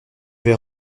vais